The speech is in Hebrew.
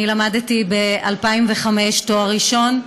למדתי ב-2005 תואר ראשון,